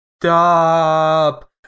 stop